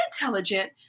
intelligent